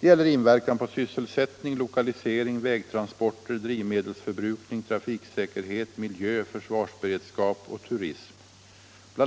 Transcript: Det gäller inverkan på sysselsättning, lokalisering, vägtransporter, drivmedelsförbrukning, trafiksäkerhet, miljö, försvarsberedskap och turism. Bl.